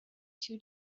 two